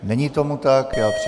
Není tomu tak.